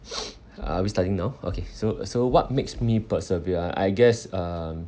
are we starting now okay so so what makes me persevere I I guess um